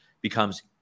becomes